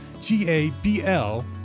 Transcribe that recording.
G-A-B-L